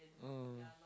mm